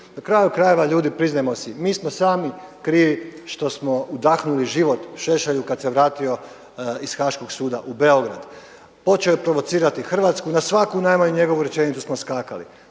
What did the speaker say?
Na kraju krajeva, ljudi priznajmo si, mi smo sami krivi što smo udahnuli život Šešelju kad se vratio iz Haškog suda u Beograd. Počeo je provocirati Hrvatsku na svaku najmanju njegovu rečenicu smo skakali.